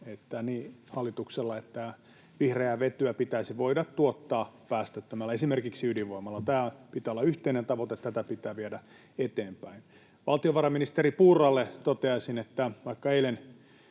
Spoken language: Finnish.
aivan oikea tavoite, että vihreää vetyä pitäisi voida tuottaa päästöttömällä, esimerkiksi ydinvoimalla. Tämän pitää olla yhteinen tavoite, tätä pitää viedä eteenpäin. Valtiovarainministeri Purralle toteaisin, että vaikka eilen